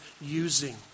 using